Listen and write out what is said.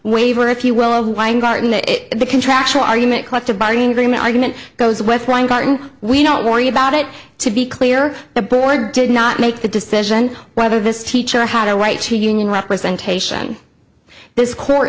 waiver if you will of weingarten that the contractual argument collective bargaining agreement argument goes with weingarten we don't worry about it to be clear the board did not make the decision whether this teacher had a right to union representation this court